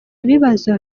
ibibazo